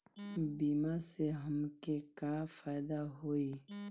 बीमा से हमके का फायदा होई?